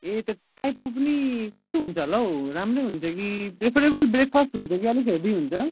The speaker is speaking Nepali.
ए त्यो टाइपो पनि कस्तो हुन्छ होला हौ राम्रै हुन्छ कि प्रिफरेबल ब्रेकफास्ट हुन्छ कि अलिक हेभी हुन्छ